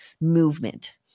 movement